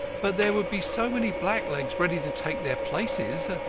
but there would be so many blacklegs ready to take their places,